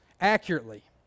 accurately